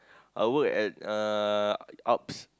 I will work at uh Ups